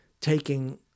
taking